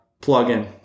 plug-in